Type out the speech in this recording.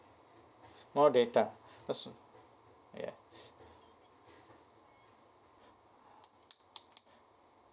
more data cause ya